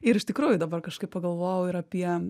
ir iš tikrųjų dabar kažkaip pagalvojau ir apie